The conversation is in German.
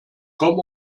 kaum